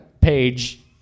page